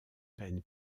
peine